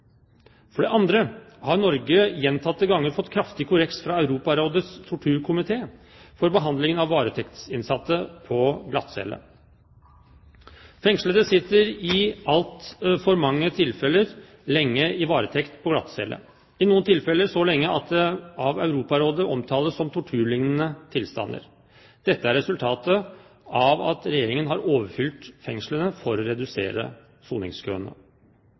For det andre har Norge gjentatte ganger fått kraftig korreks fra Europarådets torturkomité for behandlingen av varetektsinnsatte på glattcelle. Fengslede sitter i altfor mange tilfeller lenge i varetekt på glattcelle – i noen tilfeller så lenge at det av Europarådet omtales som torturlignende tilstander. Dette er resultatet av at Regjeringen har overfylt fengslene for å redusere